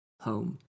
home